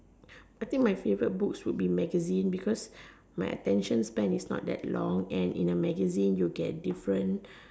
I think my favorite books will be magazine because my attention span is not that long and in a magazine you get different